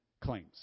claims